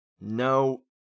No